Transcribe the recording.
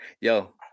Yo